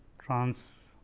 trans